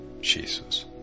Jesus